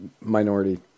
minority